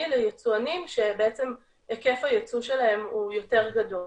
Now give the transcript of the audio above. ליצואנים שהיקף היצוא שלהם הוא יותר גדול,